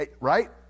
right